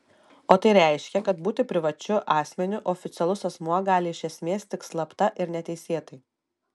o tai reiškia kad būti privačiu asmeniu oficialus asmuo gali iš esmės tik slapta ir neteisėtai